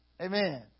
Amen